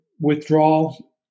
withdrawal